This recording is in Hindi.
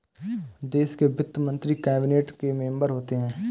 देश के वित्त मंत्री कैबिनेट के मेंबर होते हैं